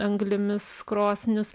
anglimis krosnis